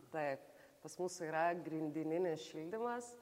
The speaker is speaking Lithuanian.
taip pas mūsų yra grindininis šildymas